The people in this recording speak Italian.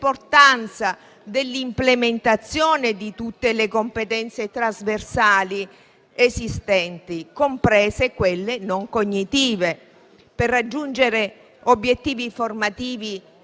dell'implementazione di tutte le competenze trasversali esistenti, comprese quelle non cognitive, per raggiungere obiettivi formativi